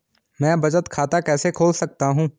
मैं बचत खाता कैसे खोल सकता हूँ?